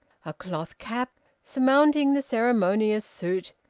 a cloth cap, surmounting the ceremonious suit,